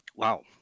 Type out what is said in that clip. Wow